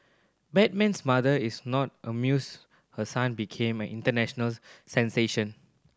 Batman's mother is not amused her son became an international sensation